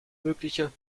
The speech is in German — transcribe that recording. mögliche